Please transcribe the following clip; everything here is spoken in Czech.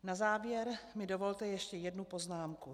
Na závěr mi dovolte ještě jednu poznámku.